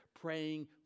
praying